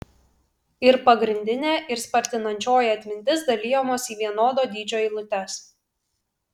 ir pagrindinė ir spartinančioji atmintis dalijamos į vienodo dydžio eilutes